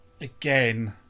again